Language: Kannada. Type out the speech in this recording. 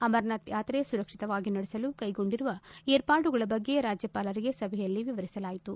ಅಮರನಾಥ ಯಾಕ್ರೆ ಸುರಕ್ಷಿತವಾಗಿ ನಡೆಸಲು ಕೈಗೊಂಡಿರುವ ಏರ್ಪಾಡುಗಳ ಬಗ್ಗೆ ರಾಜ್ಜಪಾಲರಿಗೆ ಸಭೆಯಲ್ಲಿ ವಿವರಿಸಲಾಯಿತು